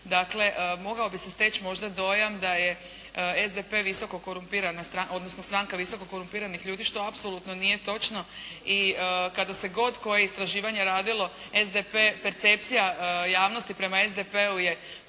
dakle mogao bi se steći možda dojam da je SDP visoko korumpirana, odnosno stranka visoko korumpiranih ljudi što apsolutno nije točno i kada se god koje istraživanje radilo SDP, percepcija javnosti prema SDP-u je